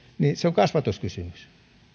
niin se on kasvatuskysymys